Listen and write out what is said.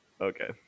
okay